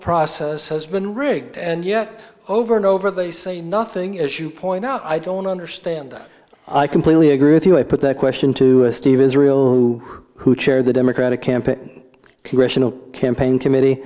process has been rigged and yet over and over they say nothing as you point out i don't understand i completely agree with you i put that question to steve israel who chaired the democratic campaign congressional campaign committee